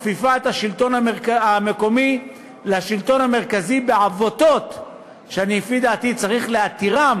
מכפיפה את השלטון המקומי לשלטון המרכזי בעבותות שלפי דעתי צריך להתירם